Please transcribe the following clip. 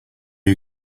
you